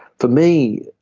for me,